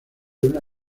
una